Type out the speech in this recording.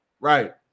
Right